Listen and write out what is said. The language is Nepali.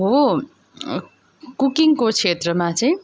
हो कुकिङको क्षेत्रमा चाहिँ